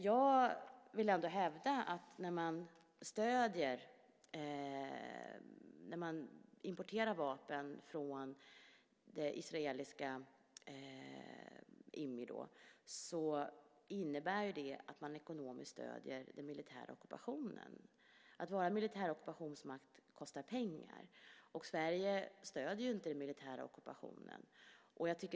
Jag vill ändå hävda att när man importerar vapen från det israeliska IMI innebär det att man ekonomiskt stöder den militära ockupationen. Att vara militär ockupationsmakt kostar pengar. Sverige stöder ju inte den militära ockupationen.